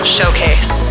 Showcase